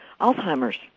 Alzheimer's